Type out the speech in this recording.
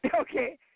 okay